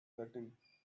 setting